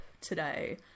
today